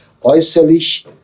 äußerlich